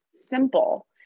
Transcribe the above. simple